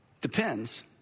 depends